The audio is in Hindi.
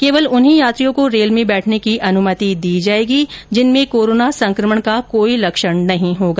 केवल उन्हीं यात्रियों को रेल में बैठने की अनुमति दी जायेगी जिनमें कोरोना संकमण का कोई लक्षण नहीं होगा